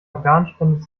organspende